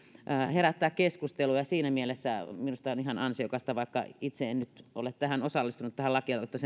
herättää keskustelua ja siinä mielessä minusta tämä on ihan ansiokasta vaikka itse en nyt ole tähän osallistunut tähän lakialoitteen